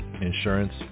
insurance